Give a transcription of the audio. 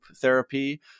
therapy